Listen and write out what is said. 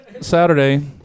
Saturday